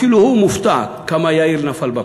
אפילו הוא מופתע כמה יאיר נפל בפח.